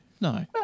no